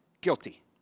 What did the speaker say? Guilty